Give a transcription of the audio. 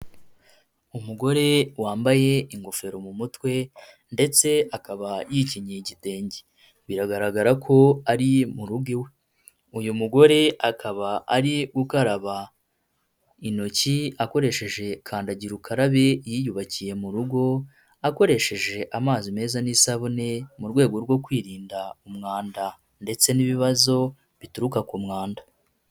Umugore wambaye ingofero mu mutwe, ndetse akaba yikingiye igitenge. Biragaragara ko ari mu rugo iwe. Uyu mugore akaba ari gukaraba intoki akoresheje kandagira ukarabe yiyubakiye mu rugo, akoresheje amazi meza n'isabune, mu rwego rwo kwirinda umwanda ndetse n'ibibazo bituruka ku mwanda.